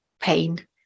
pain